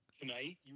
Tonight